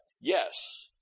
yes